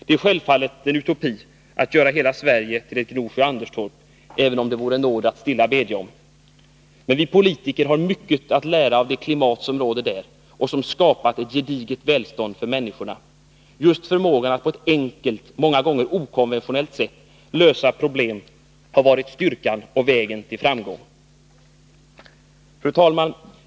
Det är självfallet en utopi att göra hela Sverige till ett Gnosjö-Anderstorp, även om det vore en nåd att stilla bedja om. Men vi politiker har mycket att lära av det klimat som råder där och som skapat ett gediget välstånd för människorna. Just förmågan att på ett enkelt, många gånger okonventionellt sätt lösa problem har varit styrkan och vägen till framgång. Fru talman!